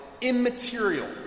immaterial